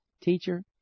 Teacher